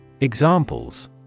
Examples